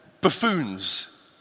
buffoons